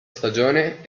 stagione